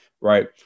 right